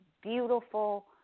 beautiful